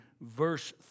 verse